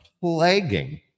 plaguing